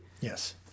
Yes